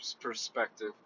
perspective